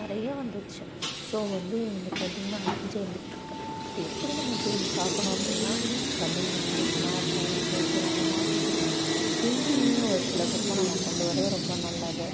நிறையா வந்திருச்சு ஸோ வந்து இந்த பெயிண்டிங்கெலாம் அழிஞ்சு வந்துட்டுருக்குது எப்படி நம்ம பேணிக் காக்கணும் அப்படினா Tamil English maths science social அந்தமாதிரி பெயிண்டிங்கையும் ஒரு சிலபஸ்ஸாக கொண்டுவர்றது ரொம்ப நல்லது